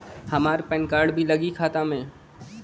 हमार PAN card भी लगी खाता में?